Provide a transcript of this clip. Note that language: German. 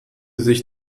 sich